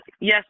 Yes